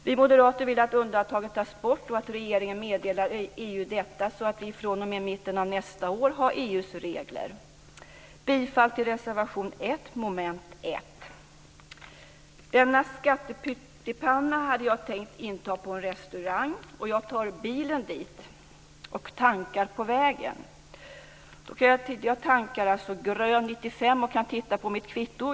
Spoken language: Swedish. Vi moderater vill att undantaget tas bort och att regeringen meddelar EU detta så att vi fr.o.m. mitten av nästa år har EU:s regler. Jag yrkar bifall till reservation 1 under mom. 1. Denna skattepyttipanna hade jag tänkt inta på en restaurang, och jag tar bilen dit och tankar på vägen. Jag tankar alltså grön 95-oktanig bensin.